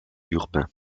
urbain